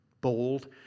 bold